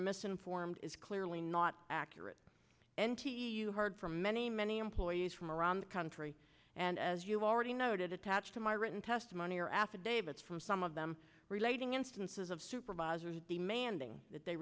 misinformed is clearly not accurate and heard from many many employees from around the country and as you already noted attached to my written testimony or affidavits from some of them relating instances of supervisors demanding that they